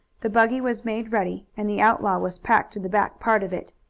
the buggy was made ready, and the outlaw was packed in the back part of it.